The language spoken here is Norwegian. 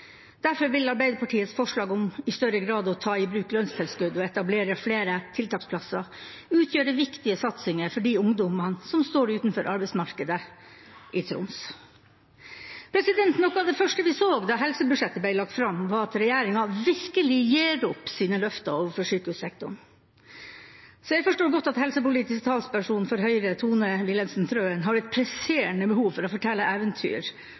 Derfor vil Arbeiderpartiets forslag om i større grad å ta i bruk lønnstilskudd og etablere flere tiltaksplasser utgjøre en viktig satsing for de ungdommene som står utenfor arbeidsmarkedet i Troms. Noe av det første vi så da helsebudsjettet ble lagt fram, var at regjeringa virkelig gir opp sine løfter overfor sykehussektoren. Jeg forstår godt at helsepolitisk talsperson for Høyre, Tone Wilhelmsen Trøen, har et presserende behov for å fortelle eventyr